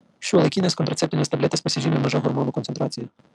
šiuolaikinės kontraceptinės tabletės pasižymi maža hormonų koncentracija